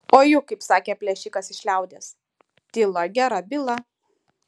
o juk kaip sakė plėšikas iš liaudies tyla gera byla